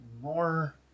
more